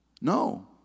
No